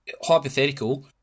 Hypothetical